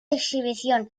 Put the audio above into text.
exhibición